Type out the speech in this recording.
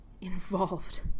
Involved